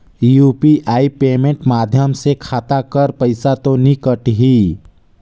UPI payment माध्यम से खाता कर पइसा तो नी कटही?